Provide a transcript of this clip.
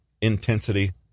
intensity